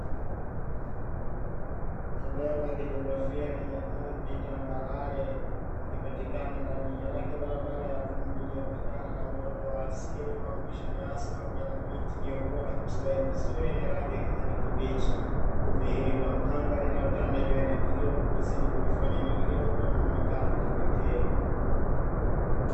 Eneo la kijiografia lenye ardhi tambarare ikipatikana ndani yake barabara ya vumbi, iliyopakana na uoto wa asili unaojumuisha nyasi pamoja na miti iliyokuwa na kustawi vizuri kwa rangi ya kijani kibichi, kudhihiri kwa anga linalotanda juu ya eneo hilo kukizidi kulifanya eneo hilo kuwa na muonekano wa kipekee.